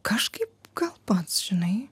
kažkaip gal pats žinai